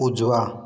उजवा